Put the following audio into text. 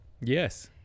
yes